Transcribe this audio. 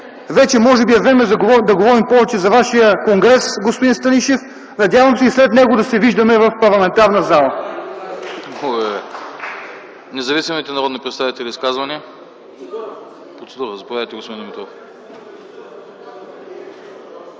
вече може би е време да говорим повече за вашия конгрес, господин Станишев, надявам се и след него да се виждаме в пленарната зала.